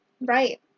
Right